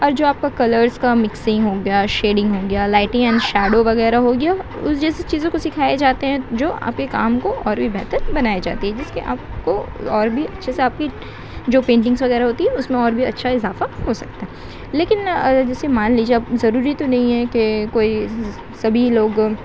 اور جو آپ کا کلرس کا مکسنگ ہو گیا شیڈنگ ہو گیا لائٹنگ اینڈ شیڈو وغیرہ ہو گیا اس جیسے چیزوں کو سکھائے جاتے ہیں جو آپ کے کام کو اور بھی بہتر بنائے جاتے ہیں جس کے آپ کو اور بھی اچھے سے آپ کی جو پینٹنگس وغیرہ ہوتی ہیں اس میں اور بھی اچھا اضافہ ہو سکتا ہے لیکن جیسے مان لیجیے اب ضروری تو نہیں ہے کہ کوئی سبھی لوگ